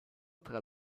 tra